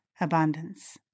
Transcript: abundance